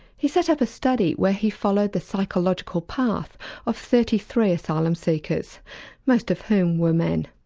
he set up a study where he followed the psychological path of thirty three asylums seekers most of whom were men.